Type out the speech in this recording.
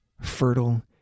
fertile